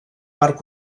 part